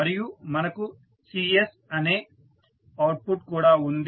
మరియు మనకు Cs అనే అవుట్పుట్ కూడా ఉంది